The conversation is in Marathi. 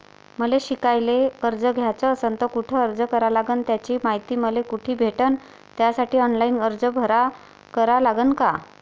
मले शिकायले कर्ज घ्याच असन तर कुठ अर्ज करा लागन त्याची मायती मले कुठी भेटन त्यासाठी ऑनलाईन अर्ज करा लागन का?